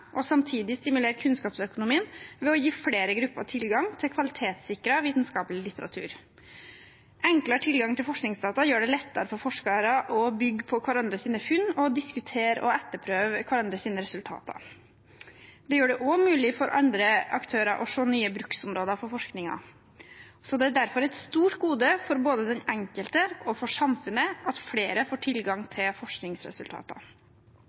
og samtidig stimulere kunnskapsøkonomien ved å gi flere grupper tilgang til kvalitetssikret vitenskapelig litteratur. Enklere tilgang til forskningsdata gjør det lettere for forskere å bygge på hverandres funn og diskutere og etterprøve hverandres resultater. Det gjør det også mulig for andre aktører å se nye bruksområder for forskningen. Det er derfor et stort gode både for den enkelte og for samfunnet at flere får tilgang